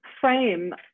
frame